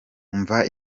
umva